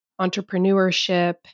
entrepreneurship